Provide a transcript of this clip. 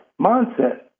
mindset